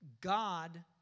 God